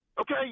Okay